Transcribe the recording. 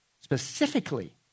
Specifically